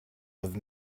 with